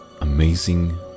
amazing